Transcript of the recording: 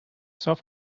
soft